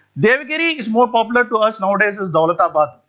devagiri is more popular to us nowadays as daulatabad.